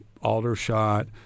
Aldershot